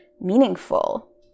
meaningful